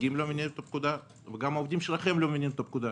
המייצגים לא מבינים את הפקודה וגם העובדים שלכם לא מבינים את הפקודה.